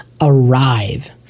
arrive